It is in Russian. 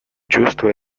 чувство